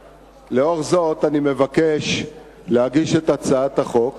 לאור זאת, אני מבקש להגיש את הצעת החוק